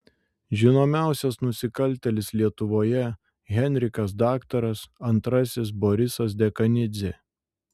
žinomiausias nusikaltėlis lietuvoje henrikas daktaras antrasis borisas dekanidzė